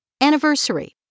Anniversary